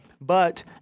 but-